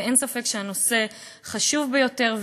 אין ספק שהנושא חשוב ביותר.